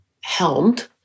helmed